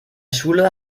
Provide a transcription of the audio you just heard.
schule